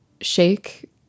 Shake